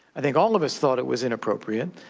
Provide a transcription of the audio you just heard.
i think all of us thought it was inappropriate.